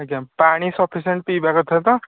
ଆଜ୍ଞା ପାଣି ସଫିସେଣ୍ଟ ପିଇବା କଥା ତ